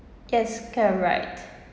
yes correct